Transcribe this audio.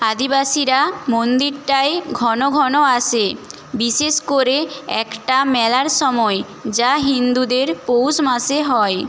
আদিবাসীরা মন্দিরটায় ঘন ঘন আসে বিশেষ করে একটা মেলার সময় যা হিন্দুদের পৌষ মাসে হয়